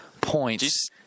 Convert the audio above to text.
points